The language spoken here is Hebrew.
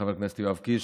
וחבר הכנסת יואב קיש,